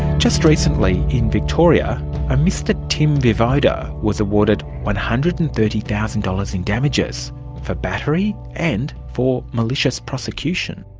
just recently in victoria a mr tim vivoda was awarded one hundred and thirty thousand dollars in damages for battery and for malicious prosecution.